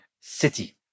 city